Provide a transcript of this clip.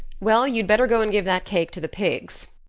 well, you'd better go and give that cake to the pigs,